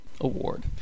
award